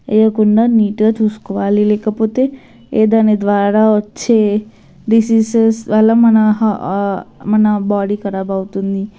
వేయకుండా నీటుగా చూసుకోవాలి లేకపోతే ఏదైనా ద్వారా వచ్చి డిసీజెస్ అలా మన మన బాడీ ఖరాబ్ అవుతుంది